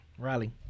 Riley